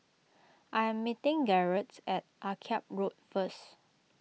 I am meeting Garett at Akyab Road first